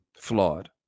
flawed